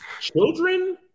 children